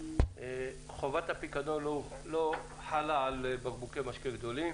חובת הפיקדון לא חלה על בקבוקי משקה גדולים.